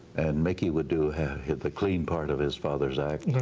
and mickey would do the clean part of his father's act,